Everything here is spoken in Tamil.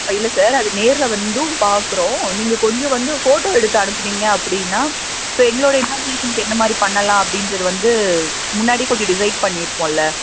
ஆ இல்லை சார் அது நேரில் வந்தும் பார்க்குறோம் நீங்கள் கொஞ்சம் வந்து ஃபோட்டோ எடுத்து அனுப்புனீங்க அப்படின்னா இப்போ எங்களுடைய இமாஜினேஷனுக்கு என்னமாதிரி பண்ணலாம் அப்படின்றது வந்து முன்னாடி கொஞ்சம் டிசைட் பண்ணியிருப்போம்ல